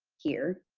here.